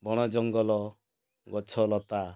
ବଣ ଜଙ୍ଗଲ ଗଛ ଲତା